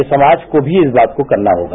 ये समाज को भी इस बात को करना होगा